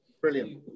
Brilliant